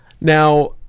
Now